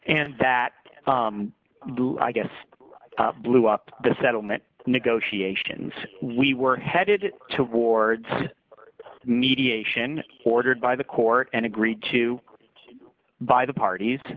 and that i guess blew up the settlement negotiations we were headed towards mediation ordered by the court and agreed to by the parties